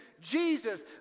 Jesus